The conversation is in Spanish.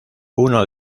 uno